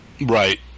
Right